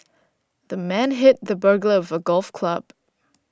the man hit the burglar with a golf club